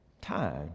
Time